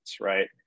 right